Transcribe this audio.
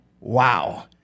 Wow